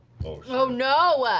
oh no!